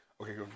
okay